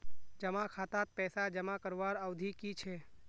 जमा खातात पैसा जमा करवार अवधि की छे?